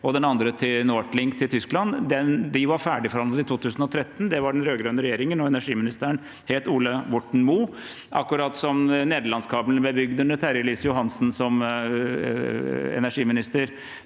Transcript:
og den andre til Tyskland, NordLink. De var ferdigforhandlet i 2013 av den rød-grønne regjeringen, og energiministeren het Ola Borten Moe, akkurat som nederlandskabelen ble bygd under Terje RiisJohansen som energiminister.